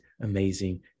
amazing